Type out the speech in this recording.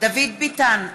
דוד ביטן,